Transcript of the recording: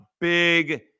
Big